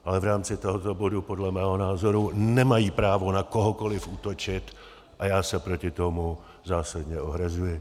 Ale v rámci tohoto bodu podle mého názoru nemají právo na kohokoliv útočit a já se proti tomu zásadně ohrazuji.